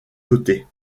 côtés